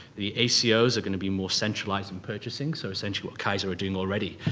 the aco's are going to be more centralized in purchasing, so essentially what kaiser are doing already.